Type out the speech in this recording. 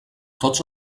tots